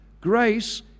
Grace